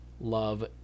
love